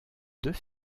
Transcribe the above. deux